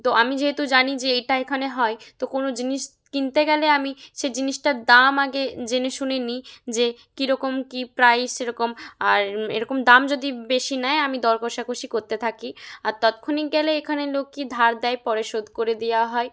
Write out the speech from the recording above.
তো আমি যেহেতু জানি যে এইটা এখানে হয় তো কোনও জিনিস কিনতে গেলে আমি সে জিনিসটার দাম আগে জেনে শুনে নিই যে কীরকম কী প্রাইস সেরকম আর এরকম দাম যদি বেশি নেয় আমি দর কষাকষি করতে থাকি আর তাৎক্ষণিক গেলে এখানে লোককে ধার দেয় পরে শোধ করে দেওয়া হয়